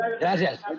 Gracias